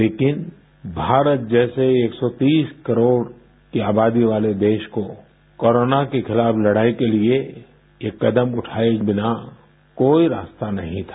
लेकिन भारत जैसे एक सो तीस करोड़ की आबादी वाले देश को कोरोना के खिलाफ लड़ाई के लिए ये कदम उठाये बिना कोई रास्ता नहीं था